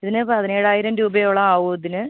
ഇതിന് പതിനേഴായിരം രൂപയോളം ആകും ഇതിന്